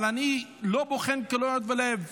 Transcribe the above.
אבל אני לא בוחן כליות ולב.